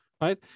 Right